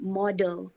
model